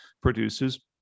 produces